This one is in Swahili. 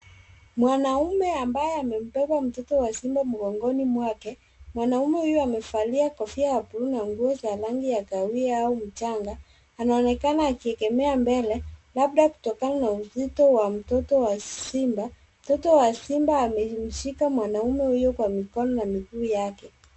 Mwanaume ambaye amebeba mtoto wa simba mgongoni mwake. Mwanaume huyu amevalia kofia ya bluu na nguo za rangi ya kahawia au mchanga, anaonekana akiegemea mbele labda kutokana na uzito wa mtoto wa simba. Mtoto wa simba amemshika mwanaume huyo kwa mikono na miguu yake.